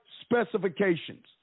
specifications